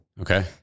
Okay